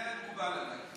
זה מקובל עליי.